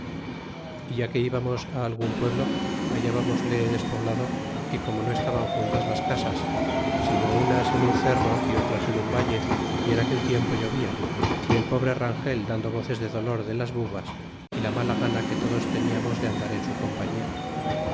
ya que íbamos algun pueblo hallábamosle despoblado y como no estaban juntas las casas sino unas en un cerro y otras en un valle y en aquel tiempo novia y el pobre rangel dando voces de dolor de las bubas y la mala gana que todos teniamos de andar en su compañia